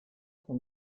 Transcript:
vom